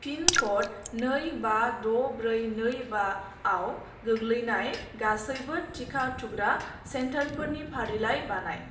pin code नै बा द' ब्रै नै बा आव गोग्लैनाय गासैबो टिका थुग्रा सेन्टारफोरनि फारिलाइ बानाय